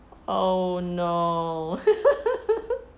oh no